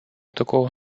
такого